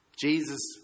Jesus